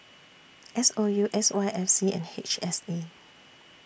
S O U S Y F C and H S A